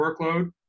workload